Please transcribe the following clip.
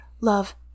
Love